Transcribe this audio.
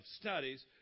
studies